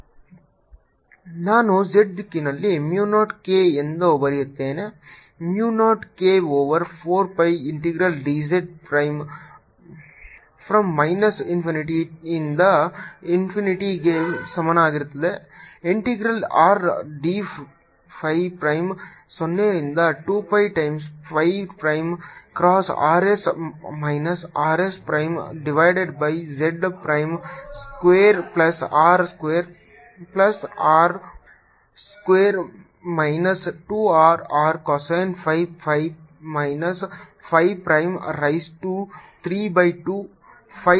0kz 0k4π ∞dz02πRdϕϕ×rs Rsz2R2r2 2rRcosϕ 32 ನಾನು z ದಿಕ್ಕಿನಲ್ಲಿ mu 0 k ಎಂದು ಬರೆಯುತ್ತೇನೆ mu 0 k over 4 pi integral dz prime from minus infinity ದಿಂದ ಇನ್ಫಿನಿಟಿಗೆ ಸಮನಾಗಿರುತ್ತದೆ integral R d phi prime 0 ರಿಂದ 2 pi times phi prime cross r s minus R s prime divided by z prime square plus R square plus r square minus 2 R r cosine of phi minus phi prime raise to 3 by 2